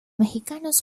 mexicanos